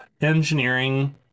engineering